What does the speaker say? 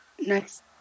next